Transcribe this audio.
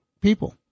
people